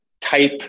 type